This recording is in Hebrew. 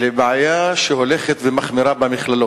לבעיה שהולכת ומחמירה במכללות.